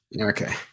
Okay